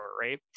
right